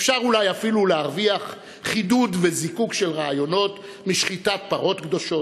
אפשר אולי אפילו להרוויח חידוד וזיקוק של רעיונות משחיטת פרות קדושות,